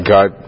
God